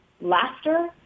laughter